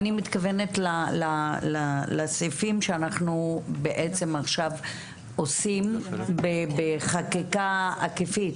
אני מתכוונת לסעיפים שאנחנו בעצם עכשיו עושים בחקיקה עקיפית,